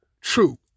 true